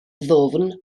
ddwfn